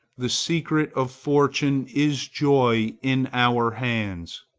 the secret of fortune is joy in our hands.